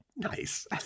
Nice